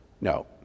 No